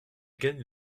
gagne